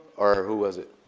or who was it?